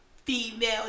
Female